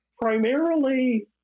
primarily